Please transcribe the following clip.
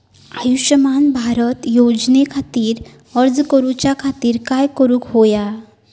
आयुष्यमान भारत योजने खातिर अर्ज करूच्या खातिर काय करुक होया?